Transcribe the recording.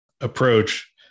approach